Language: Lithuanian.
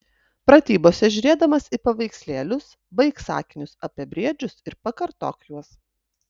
pratybose žiūrėdamas į paveikslėlius baik sakinius apie briedžius ir pakartok juos